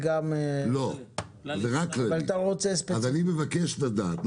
אני מבקש לדעת,